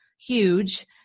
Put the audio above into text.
huge